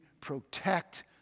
protect